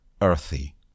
earthy